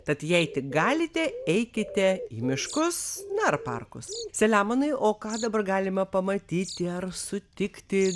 tad jei tik galite eikite į miškus ar parkus saliamonui o ką dabar galima pamatyti ar sutikti